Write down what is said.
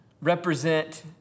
represent